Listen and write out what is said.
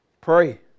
Pray